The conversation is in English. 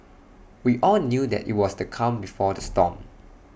we all knew that IT was the calm before the storm